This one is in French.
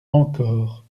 encore